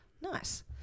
Nice